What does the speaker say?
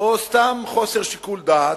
או סתם חוסר שיקול דעת?